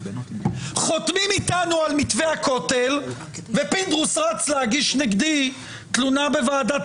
חותמים איתנו על מתווה הכותל ופינדרוס רץ להגיש נגדי תלונה בוועדת